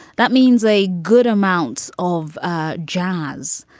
that means a good amount of ah jazz.